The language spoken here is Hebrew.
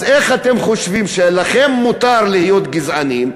אז איך אתם חושבים שלכם מותר להיות גזענים,